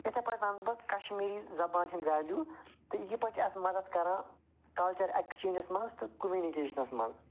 اِتھٕے پٲٹھۍ وَنہٕ بہٕ کَشمیٖری زبان چھِ وٮ۪لیُو تہٕ یہِ کِتھ پٲٹھۍ چھِ اَسہِ مدتھ کران کَلچَر اٮ۪کٕسچینجَس منٛز تہٕ کُمنِکیشنَس منٛز